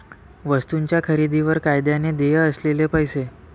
वस्तूंच्या खरेदीवर कायद्याने देय असलेले पैसे